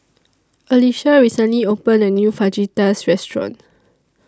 Alicia recently opened A New Fajitas Restaurant